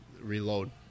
reload